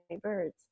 birds